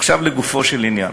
עכשיו לגופו של עניין.